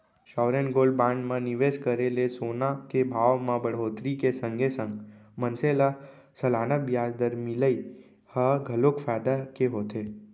sovereign gold bond म निवेस करे ले सोना के भाव म बड़होत्तरी के संगे संग मनसे ल सलाना बियाज दर मिलई ह घलोक फायदा के होथे